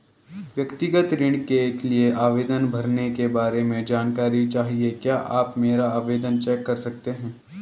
व्यक्तिगत ऋण के लिए आवेदन भरने के बारे में जानकारी चाहिए क्या आप मेरा आवेदन चेक कर सकते हैं?